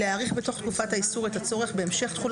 להעריך בתוך תקופת האיסור את הצורך בהמשך תחות